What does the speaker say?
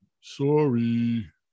Sorry